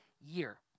year